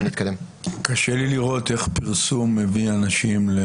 קשה לי לראות איך פרסום מביא אנשים.